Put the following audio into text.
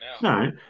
No